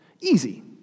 Easy